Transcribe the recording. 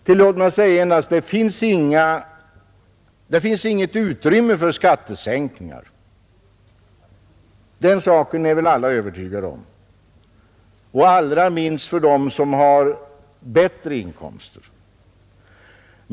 Tillåt mig säga att det inte finns något utrymme för skattesänkningar — den saken är väl alla övertygade om — allra minst för dem som har bättre inkomster.